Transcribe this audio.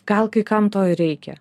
gal kai kam to ir reikia